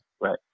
Right